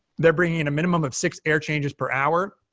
they're bringing in a minimum of six air changes per hour,